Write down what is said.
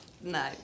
no